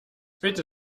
bitte